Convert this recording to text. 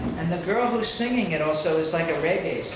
and the girl who's singing it also is like a reggae